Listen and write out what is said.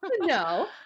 No